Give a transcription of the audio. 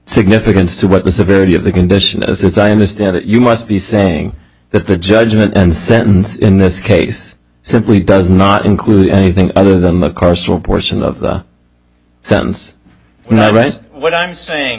significance to what the severity of the condition that is as i understand it you must be saying that the judgment and sentence in this case simply does not include anything other than the carswell portion of the sentence what i'm saying